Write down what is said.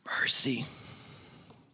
Mercy